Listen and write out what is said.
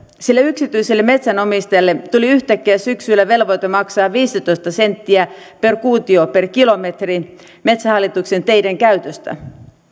sillä yksityiselle metsänomistajalle tuli yhtäkkiä syksyllä velvoite maksaa viisitoista senttiä per kuutio per kilometri metsähallituksen teiden käytöstä